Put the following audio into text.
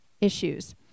issues